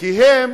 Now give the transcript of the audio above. אבל צבוֹע.